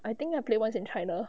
I think I play once in china